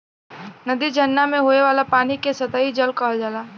नदी, झरना में होये वाला पानी के सतही जल कहल जाला